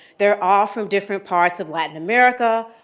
they're all from different parts of latin america.